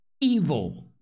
evil